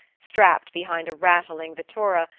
strapped behind a rattling vettura,